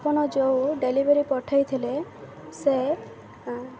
ଆପଣ ଯେଉଁ ଡେଲିଭରି ପଠେଇଥିଲେ ସେ